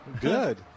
Good